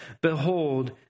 Behold